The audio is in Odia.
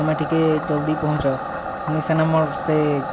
ତମେ ଟିକେ ଜଲ୍ଦି ପହଁଚ ମୁଇଁ ସେନ ମୋର୍ ସେ